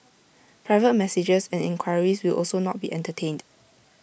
private messages and enquiries will also not be entertained